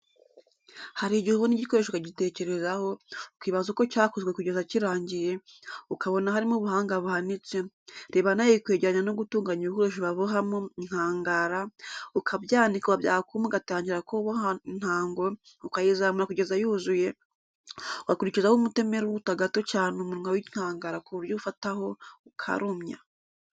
Hari igihe ubona igikoresho ukagitekerezaho, ukibaza uko cyakozwe kugeza kirangiye, ukabona harimo ubuhanga buhanitse, reba nawe kwegeranya no gutunganya ibikoresho babohamo inkangara, ukabyanika byakuma ugatangira kuboha intango, ukayizamura kugeza yuzuye, ugakurikizaho umutemeri uruta gato cyane umunwa w'inkangara ku buryo ufataho, ukarumya.